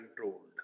controlled